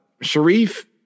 Sharif –